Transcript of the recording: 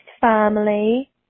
family